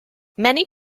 many